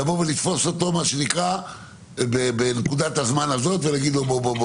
לבוא ולתפוס אותו בנקודת הזמן הזאת ולהגיד לו: בוא,